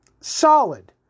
solid